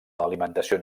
alimentació